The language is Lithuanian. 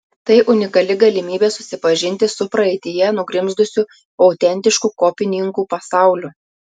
tai unikali galimybė susipažinti su praeityje nugrimzdusiu autentišku kopininkų pasauliu